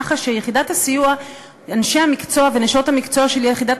כך שאנשי המקצוע ונשות המקצוע של יחידת